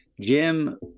Jim